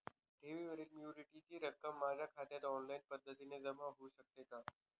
ठेवीवरील मॅच्युरिटीची रक्कम माझ्या खात्यात ऑनलाईन पद्धतीने जमा होऊ शकते का?